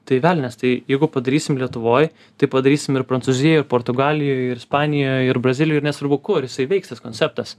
tai velnias tai jeigu padarysim lietuvoj tai padarysim ir prancūzijoj ir portugalijoj ir ispanijoj ir brazilijoj ir nesvarbu kur jisai veiks tas konceptas